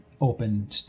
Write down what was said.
open